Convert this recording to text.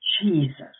Jesus